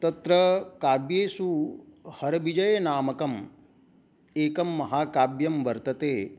तत्र काव्येषु हरविजयनामकम् एकं महाकाव्यं वर्तते